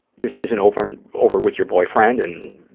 this isn't over over with your boyfriend and